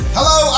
Hello